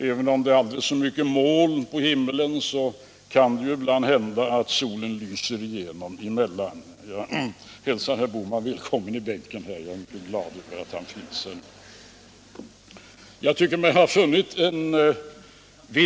Även om det är aldrig så mycket moln på himlen, kan det ibland hända att solen lyser igenom. Jag hälsar herr Bohman välkommen i bänken; jag är mycket glad över att han finns här nu.